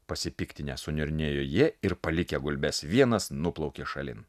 pasipiktinę suniurnėjo jie ir palikę gulbes vienas nuplaukė šalin